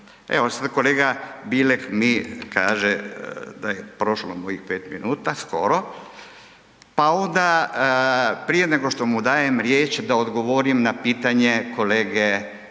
Evo kolega Bilek mi kaže da je prošlo mojih 5 minuta skoro pa onda prije nego što mu dajem riječ da odgovori na pitanje kolege Babića